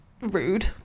rude